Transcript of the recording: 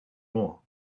more